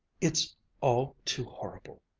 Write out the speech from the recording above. it's all too horrible,